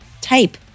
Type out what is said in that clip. type